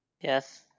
Yes